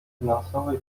finansowej